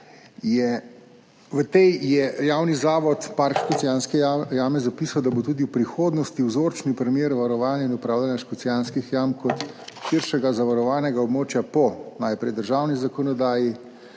je Javni zavod Park Škocjanske jame zapisal, da bo tudi v prihodnosti vzorčni primer varovanja in upravljanja Škocjanskih jam kot širšega zavarovanega območja najprej po državni zakonodaji,